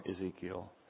Ezekiel